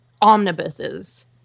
omnibuses